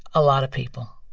a lot of people,